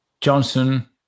Johnson